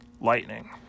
lightning